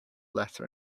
letter